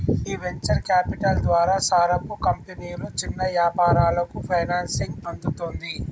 గీ venture capital ద్వారా సారపు కంపెనీలు చిన్న యాపారాలకు ఫైనాన్సింగ్ అందుతుంది